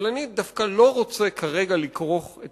אבל אני דווקא לא רוצה כרגע לכרוך את